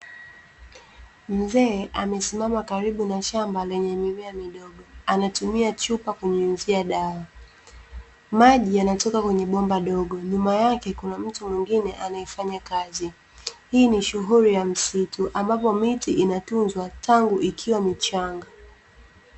Mzee amesimama karibu na shamba lenye mimea midogo anatumia chupa kunyunyizia dawa, maji yanatoka kwenye bomba dogo nyuma yake kuna mtu mwingine anayefanya kazi. Hii ni shughuli ya msitu ambapo miti inatunzwa tangu ikiwa michanga.